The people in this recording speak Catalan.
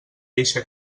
eixe